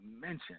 mention